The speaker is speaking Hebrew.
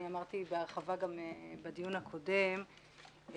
אני אמרתי בהרחבה גם בדיון הקודם.